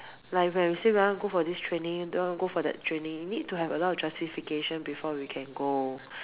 like when we say we want to go for this training we want to go for that training need to have a lot of justification before we can go